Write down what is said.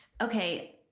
Okay